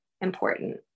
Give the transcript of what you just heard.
important